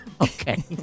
okay